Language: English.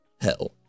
hell